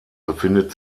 befindet